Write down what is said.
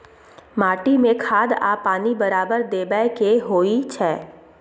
माटी में खाद आ पानी बराबर देबै के होई छै